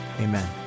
amen